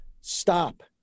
Stop